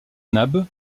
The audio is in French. nab